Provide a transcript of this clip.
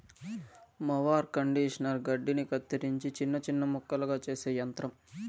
mower conditioner గడ్డిని కత్తిరించి చిన్న చిన్న ముక్కలుగా చేసే యంత్రం